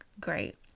great